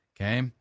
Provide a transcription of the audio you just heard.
Okay